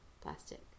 plastic